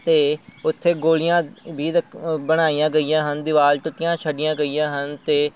ਅਤੇ ਉੱਥੇ ਗੋਲੀਆਂ ਵੀ ਰ ਬਣਾਈਆਂ ਗਈਆਂ ਹਨ ਦੀਵਾਰ ਟੁੱਟੀਆਂ ਛੱਡੀਆਂ ਗਈਆਂ ਹਨ ਅਤੇ